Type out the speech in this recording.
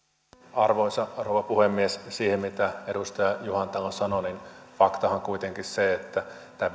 arvoisa rouva puhemies siinä mitä edustaja juhantalo sanoi faktahan on kuitenkin se että tämä